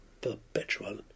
perpetual